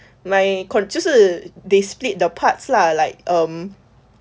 my corn~ 就是 they split the parts lah like um